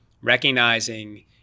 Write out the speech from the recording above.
recognizing